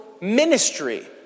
ministry